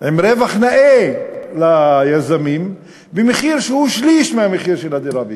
עם רווח נאה ליזמים במחיר שהוא שליש מהמחיר של הדירה בישראל.